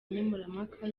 nkemurampaka